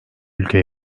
ülke